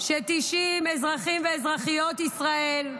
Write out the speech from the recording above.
ש-90 אזרחים ואזרחיות ישראל,